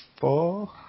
four